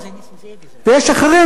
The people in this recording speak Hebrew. ויש אחרים,